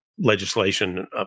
Legislation